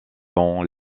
dans